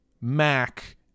mac